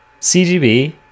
CGB